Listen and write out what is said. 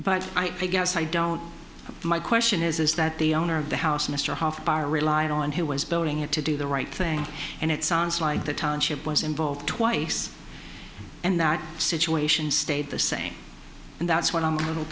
but i guess i don't my question is is that the owner of the house mr hoffa are relying on he was building it to do the right thing and it sounds like the township was involved twice and that situation stayed the same and that's what i'm a little